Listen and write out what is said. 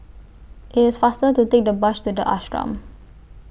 IT IS faster to Take The Bus to The Ashram